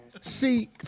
See